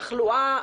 תחלואה,